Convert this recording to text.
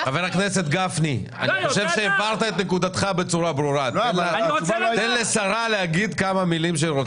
חבר הכנסת גפני, הבהרת את עמדתך, תן לשרה לענות.